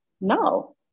no